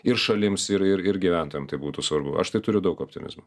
ir šalims ir ir gyventojam tai būtų svarbu aš turiu daug optimizmo